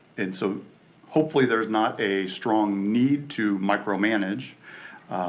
and so hopefully there's not a strong need to micromanage